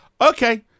Okay